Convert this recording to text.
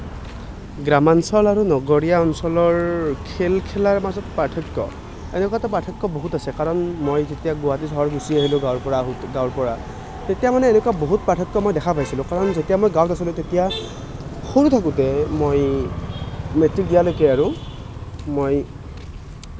গ্ৰামাঞ্চল আৰু নগৰীয়া অঞ্চলৰ খেল খেলাৰ মাজত পাৰ্থক্য এনেকুৱাতো পাৰ্থক্য বহুত আছে কাৰণ মই যেতিয়া গুৱাহাটী চহৰ গুচি আহিলোঁ গাঁৱৰ পৰা গাঁৱৰ পৰা তেতিয়া মানে এনেকুৱা বহুত পাৰ্থক্য মই দেখা পাইছিলোঁ কাৰণ যেতিয়া মই গাঁৱত আছিলোঁ তেতিয়া সৰু থাকোঁতে মই মেট্ৰিক দিয়ালৈকে আৰু মই